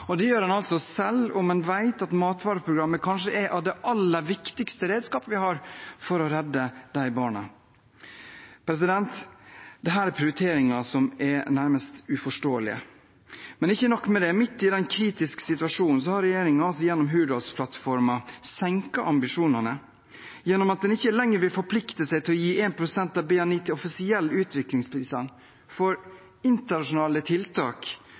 Det gjør en selv om en vet at matvareprogrammet kanskje er det aller viktigste redskapet vi har for å redde disse barna. Dette er prioriteringer som er nærmest uforståelige. Men ikke nok med det: Midt i denne kritiske situasjonen har regjeringen i Hurdalsplattformen senket ambisjonene gjennom at en ikke lenger vil forplikte seg til å gi 1 pst. av BNI til offisiell utviklingsbistand. Internasjonale tiltak